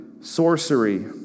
sorcery